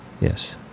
Yes